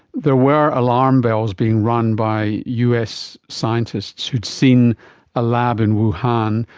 there were alarm bells being rung by us scientists who had seen a lab in wuhan,